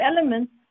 elements